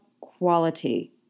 quality